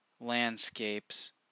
landscapes